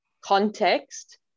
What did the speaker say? context